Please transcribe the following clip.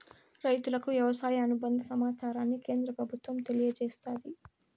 రైతులకు వ్యవసాయ అనుబంద సమాచారాన్ని కేంద్ర ప్రభుత్వం తెలియచేస్తాది